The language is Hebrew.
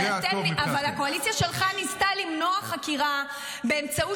במקרה הטוב --- אבל הקואליציה שלך ניסתה למנוע חקירה באמצעות